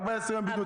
14 יום בידוד,